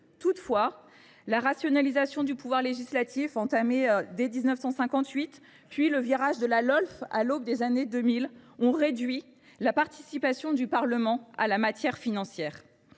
Toutefois, la rationalisation du pouvoir législatif entamée dès 1958, puis le virage de la Lolf à l’aube des années 2000, ont réduit la participation du Parlement en matière financière.